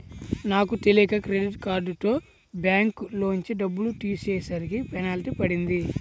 నాకు తెలియక క్రెడిట్ కార్డుతో బ్యాంకులోంచి డబ్బులు తీసేసరికి పెనాల్టీ పడింది